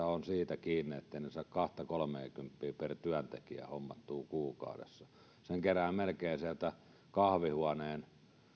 on siitä kiinni etteivät ne saa kahta kolmeakymppiä per työntekijä hommattua kuukaudessa sen saman määrän kerää melkein sieltä kahvihuoneen